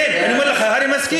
כן, אני אומר לך, הר"י מסכים.